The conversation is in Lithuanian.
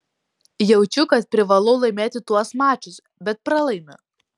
jaučiu kad privalau laimėti tuos mačus bet pralaimiu